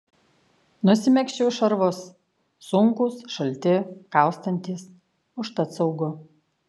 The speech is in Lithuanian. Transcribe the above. nusimegzčiau šarvus sunkūs šalti kaustantys užtat saugu